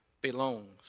belongs